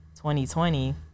2020